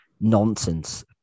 nonsense